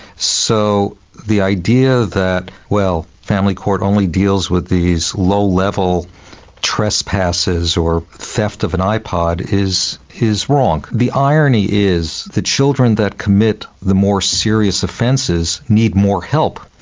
so the idea that well, family court only deals with these low-level trespasses or theft of an ipod is wrong. the irony is the children that commit the more serious offences need more help.